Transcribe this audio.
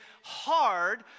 hard